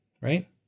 Right